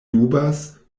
dubas